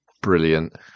brilliant